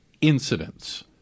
incidents